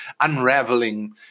unraveling